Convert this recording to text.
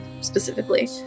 specifically